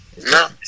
No